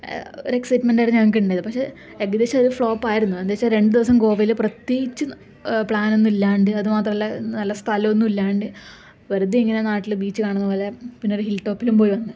ഒരു എക്സൈറ്റ്മെന്റ് ആയിരുന്നു ഞങ്ങൾക്ക് ഉണ്ടായിരുന്നത് പക്ഷെ ഏകദേശം അത് ഫ്ലോപ്പായിരുന്നു അത് എന്ന് വെച്ചാൽ രണ്ടു ദിവസം ഗോവയില് പ്രത്യേകിച്ച് പ്ലാനൊന്നും ഇല്ലാണ്ട് അത് മാത്രമല്ല നല്ല സ്ഥലമൊന്നും ഇല്ലാണ്ട് വെറുതേ ഇങ്ങനെ നാട്ടില് ബീച്ച് കാണുന്നത് പോലെ പിന്നെ ഒരു ഹില്ടോപ്പിലും പോയി വന്നു